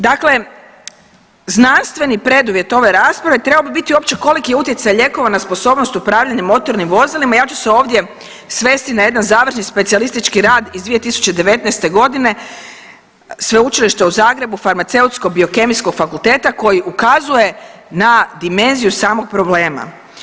Dakle, znanstveni preduvjet ove rasprave trebao bi biti uopće koliki je utjecaj lijekova na sposobnost upravljanja motornim vozilima i ja ću se ovdje svesti na jedan završni specijalistički rad iz 2019. godine Sveučilišta u Zagrebu Farmaceutsko-biokemijskog fakulteta koji ukazuje na dimenziju samog problema.